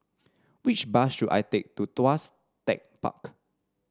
which bus should I take to Tuas Tech Park